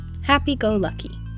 Happy-go-lucky